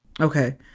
Okay